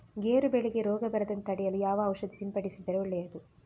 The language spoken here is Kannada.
ಗೇರು ಬೆಳೆಗೆ ರೋಗ ಬರದಂತೆ ತಡೆಯಲು ಯಾವ ಔಷಧಿ ಸಿಂಪಡಿಸಿದರೆ ಒಳ್ಳೆಯದು?